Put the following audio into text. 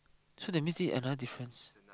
so that means this is another difference